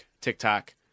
TikTok